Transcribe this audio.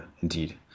indeed